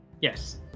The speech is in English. yes